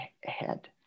head